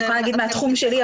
אני יכולה להגיד מהתחום שלי,